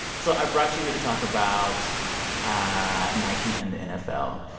so i brought you here to talk about ah nike and the nfl.